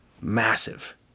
Massive